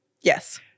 Yes